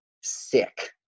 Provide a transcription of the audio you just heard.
sick